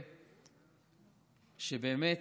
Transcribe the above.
שבאמת,